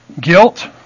Guilt